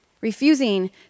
refusing